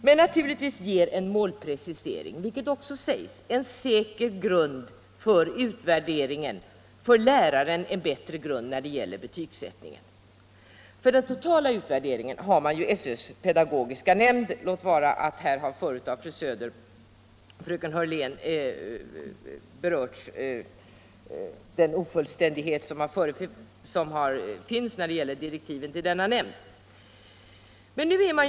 Men naturligtvis ger en målprecisering, vilket också sägs, en säker grund för utvärderingen och en bättre grund för läraren när det gäller betygsättningen. För den totala utvärderingen finns SÖ:s pedagogiska nämnd -— låt vara att, såsom fru Söder och fröken Hörlén tidigare här har berört, direktiven till denna nämnd är ofullständiga.